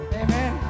amen